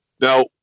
Now